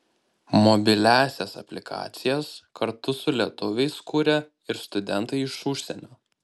mobiliąsias aplikacijas kartu su lietuviais kuria ir studentai iš užsienio